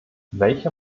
welche